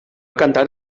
cantar